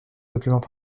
documents